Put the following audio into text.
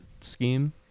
scheme